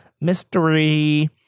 Mystery